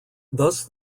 thus